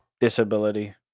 Disability